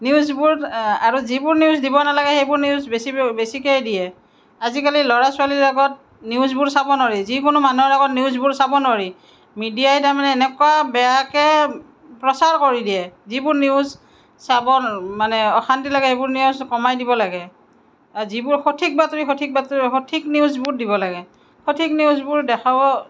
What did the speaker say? নিউজবোৰ আৰু যিবোৰ নিউজ দিব নালাগে সেইবোৰ নিউজ বেছিকেই দিয়ে আজিকালি ল'ৰা ছোৱালী লগত নিউজবোৰ চাব নোৱাৰি যিকোনো মানুহৰ আগত নিউজবোৰ চাব নোৱাৰি মিডিয়াই তাৰমানে এনেকুৱা বেয়াকৈ প্ৰচাৰ কৰি দিয়ে যিবোৰ নিউজ চাব মানে অশান্তি লাগে সেইবোৰ নিউজ কমাই দিব লাগে যিবোৰ সঠিক বাতৰি সঠিক বাতৰি সঠিক নিউজবোৰ দিব লাগে সঠিক নিউজবোৰ দেখাব